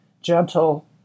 Gentle